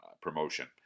promotion